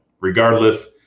regardless